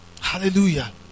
Hallelujah